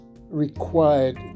required